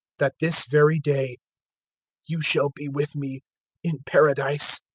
that this very day you shall be with me in paradise.